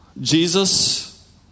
Jesus